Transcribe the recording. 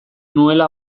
nuela